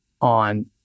on